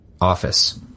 office